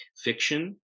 fiction